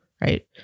right